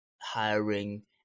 hiring